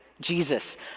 Jesus